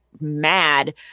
mad